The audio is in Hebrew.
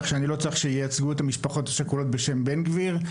כך שאני לא צריך שייצגו את המשפחות השכולות בשם בן גביר,